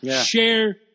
share